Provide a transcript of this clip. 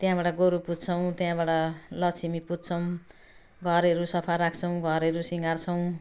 त्यहाँबाट गोरु पूज्छौँ त्यहाँबाट लक्ष्मी पुज्छौँ घरहरू सफा राख्छौँ घरहरू सिङ्गार्छौँ